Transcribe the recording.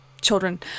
children